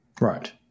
Right